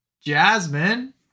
jasmine